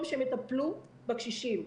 במקום שהם יטפלו בקשישים.